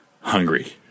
Hungry